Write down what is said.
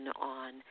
on